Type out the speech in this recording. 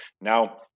Now